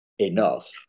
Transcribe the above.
enough